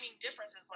differences